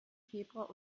februar